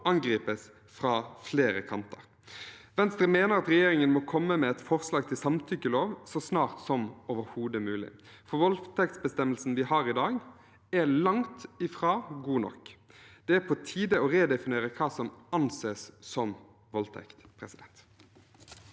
angripes fra flere kanter. Venstre mener at regjeringen må komme med et forslag til samtykkelov så snart som overhodet mulig, for voldtektsbestemmelsen vi har i dag, er langt fra god nok. Det er på tide å redefinere hva som anses som voldtekt. Åse